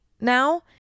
now